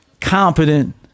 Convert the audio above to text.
competent